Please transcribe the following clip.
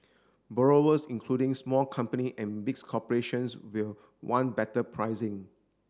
borrowers including small company and corporations will want better pricing